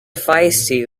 feisty